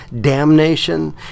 damnation